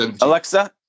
Alexa